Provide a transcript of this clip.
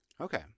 okay